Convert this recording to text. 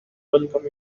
welcome